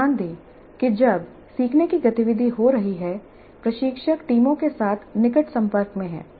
ध्यान दें कि जब सीखने की गतिविधि हो रही है प्रशिक्षक टीमों के साथ निकट संपर्क में है